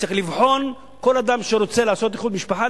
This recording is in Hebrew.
צריך לבחון לגופו כל אדם שרוצה לעשות איחוד משפחה,